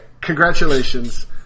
congratulations